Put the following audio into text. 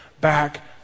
back